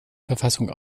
verfassung